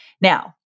Now